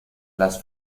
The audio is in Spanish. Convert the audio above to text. las